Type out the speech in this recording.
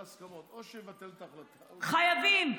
חייבים.